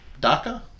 DACA